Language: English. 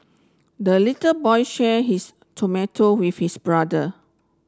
the little boy share his tomato with his brother